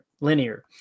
linear